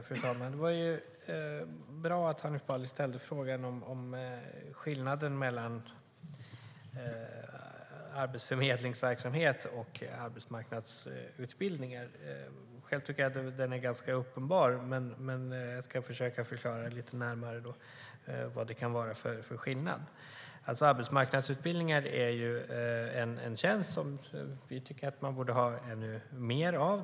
Fru talman! Det var bra att Hanif Bali ställde frågan om skillnaden mellan arbetsförmedlingsverksamhet och arbetsmarknadsutbildningar. Själv tycker jag att det är ganska uppenbart, men jag ska försöka förklara lite närmare vad det kan vara för skillnad. Arbetsmarknadsutbildningar är en tjänst vi tycker att man borde ha mer av.